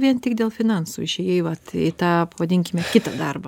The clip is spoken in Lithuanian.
vien tik dėl finansų išėjai vat tą vadinkime kitą darbą